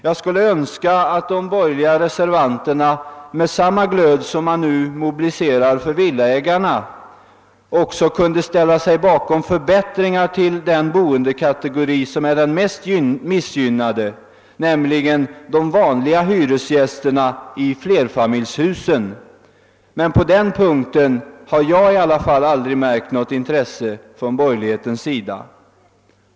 Jag skulle önska att de borgerliga reservanterna med samma glöd som man nu mobiliserar för villaägarna också kunde ställa sig bakom önskemål om förbättringar också för den boendekategori som är den mest missgynnade, nämligen de vanliga hyresgästerna i flerfamiljshus. Men på den punkten har i varje fall jag aldrig märkt något intresse från borgerligt håll.